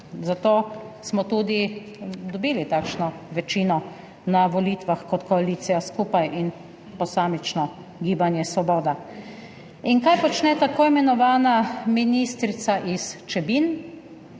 zato smo tudi dobili takšno večino na volitvah kot koalicija skupaj in posamično Gibanje Svoboda. Kaj počne tako imenovana ministrica s Čebin?